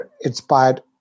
inspired